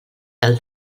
del